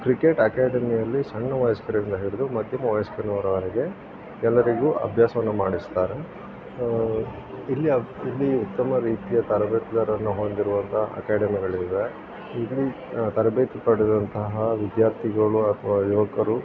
cricket ಅಕ್ಯಾಡೆಮಿಯಲ್ಲಿ ಸಣ್ಣ ವಯಸ್ಕರಿಂದ ಹಿಡಿದು ಮಧ್ಯಮ ವಯಸ್ಕರವರೆಗೆ ಎಲ್ಲರಿಗೂ ಅಭ್ಯಾಸವನ್ನು ಮಾಡಿಸುತ್ತಾರೆ ಇಲ್ಲಿಯ ಇಲ್ಲಿ ಉತ್ತಮ ರೀತಿಯ ತರಬೇತುದಾರರನ್ನು ಹೊಂದಿರುವಂಥ ಅಕ್ಯಾಡೆಮಿಗಳಿವೆ ಇಲ್ಲಿ ತರಬೇತಿ ಪಡೆದಂತಹ ವಿದ್ಯಾರ್ಥಿಗಳು ಅಥವಾ ಯುವಕರು